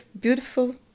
beautiful